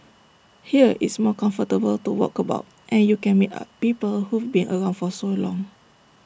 here it's more comfortable to walk about and you can meet A people who've been around for so long